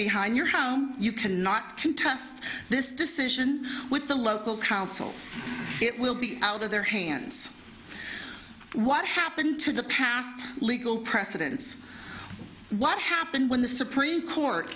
behind your house you cannot contest this decision with the local council it will be out of their hands what happened to the past legal precedence what happened when the supreme court